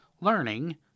learning